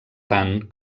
tant